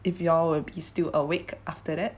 if you're will be still awake after that